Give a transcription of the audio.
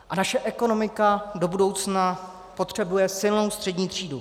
A naše ekonomika do budoucna potřebuje silnou střední třídu.